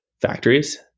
factories